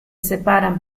separan